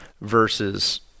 versus –